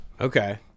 Okay